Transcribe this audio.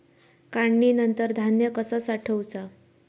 काढणीनंतर धान्य कसा साठवुचा?